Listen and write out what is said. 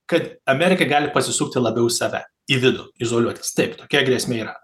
kad amerika gali pasisukti labiau į save į vidų izoliuotis taip tokia grėsmė yra